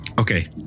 Okay